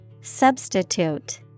Substitute